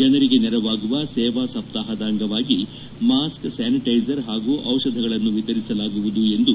ಜನರಿಗೆ ನೆರವಾಗುವ ಸೇವಾಸಪ್ತಾಪದ ಅಂಗವಾಗಿ ಮಾಸ್ಕ್ ಸ್ಯಾನಿಟೈಜರ್ ಹಾಗೂ ವಿತರಿಸಲಾಗುವುದು ಎಂದು